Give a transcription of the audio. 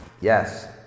Yes